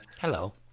hello